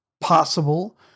possible